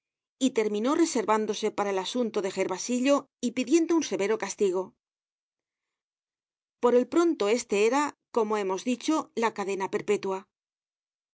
y terminó reservándose para el asunto de gervasillo y pidiendo un severo castigo content from google book search generated at por el pronto este era como hemos dicho la cadena perpetua